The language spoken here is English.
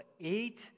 eight